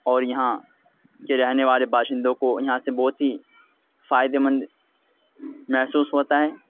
اور یہاں کے رہنے والے باشندوں کو یہاں سے بہت ہی فائدہ مند محسوس ہوتا ہے